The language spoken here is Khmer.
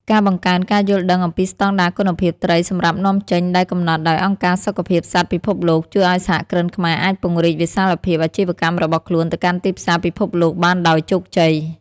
ការបង្កើនការយល់ដឹងអំពីស្តង់ដារគុណភាពត្រីសម្រាប់នាំចេញដែលកំណត់ដោយអង្គការសុខភាពសត្វពិភពលោក ជួយឱ្យសហគ្រិនខ្មែរអាចពង្រីកវិសាលភាពអាជីវកម្មរបស់ខ្លួនទៅកាន់ទីផ្សារពិភពលោកបានដោយជោគជ័យ។